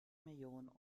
millionen